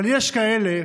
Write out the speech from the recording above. אבל יש כאלה,